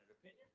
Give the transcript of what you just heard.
opinion